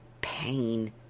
pain